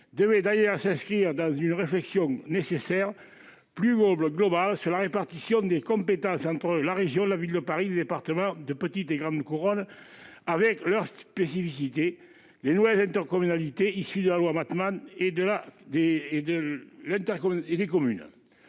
devait d'ailleurs s'inscrire dans une réflexion nécessaire, plus globale, sur la répartition des compétences entre la région, la ville de Paris, les départements de la petite et de la grande couronne avec leurs spécificités, les nouvelles intercommunalités issues de la loi de modernisation